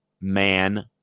man